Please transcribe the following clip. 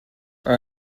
are